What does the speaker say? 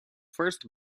first